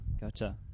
gotcha